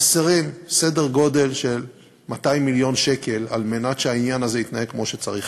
חסרים כ-200 מיליון שקלים על מנת שהעניין הזה יתנהג כמו שצריך.